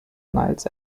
niles